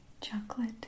chocolate